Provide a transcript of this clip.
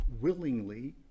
willingly